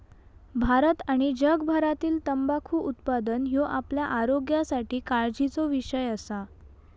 भारत आणि जगभरातील तंबाखू उत्पादन ह्यो आपल्या आरोग्यासाठी काळजीचो विषय असा